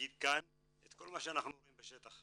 ולהגיד כאן את כל מה שאנחנו רואים בשטח.